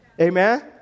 Amen